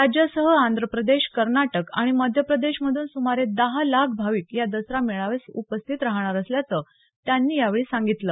राज्यासह आंध्रप्रदेश कर्नाटक आणि मध्यप्रदेश मधून सुमारे दहा लाख भाविक या दसरा मेळाव्यास उपस्थित राहणार असल्याचंही त्यांनी यावेळी सांगितलं